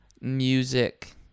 music